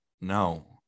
No